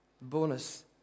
Bonus